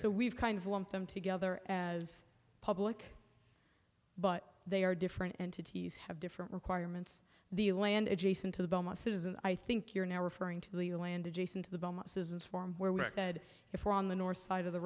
so we've kind of lump them together as public but they are different entities have different requirements the land adjacent to the belmont citizen i think you're now referring to the land adjacent to the citizens form where we said if we're on the north side of the